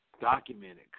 Documented